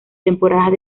temporadas